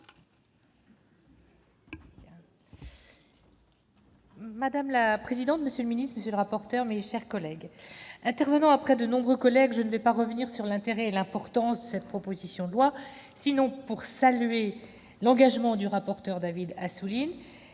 Madame la présidente, monsieur le ministre, mes chers collègues, intervenant après de nombreux orateurs, je ne vais pas revenir sur l'intérêt et l'importance de cette proposition de loi, sinon pour saluer l'engagement du rapporteur, David Assouline,